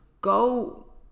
go